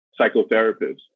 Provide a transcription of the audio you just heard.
psychotherapists